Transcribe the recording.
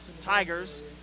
Tigers